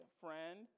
friend